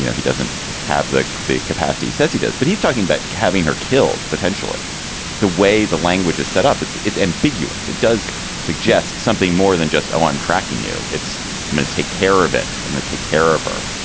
you know he doesn't have the the capacity says he does. but he's talking about having her killed potentially the way the language is set up, it's it's ambiguous it does suggest something more than just, oh, i'm tracking you. it's going to take care of it. i'm going to take care of her.